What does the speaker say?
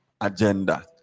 Agenda